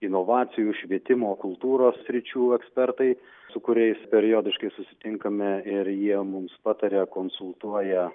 inovacijų švietimo kultūros sričių ekspertai su kuriais periodiškai susitinkame ir jie mums pataria konsultuoja